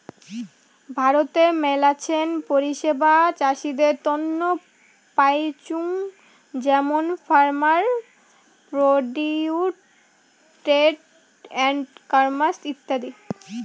ভারতে মেলাছেন পরিষেবা চাষীদের তন্ন পাইচুঙ যেমন farmer produce trade and commerce ইত্যাদি